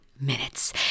minutes